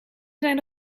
zijn